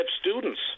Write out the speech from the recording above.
students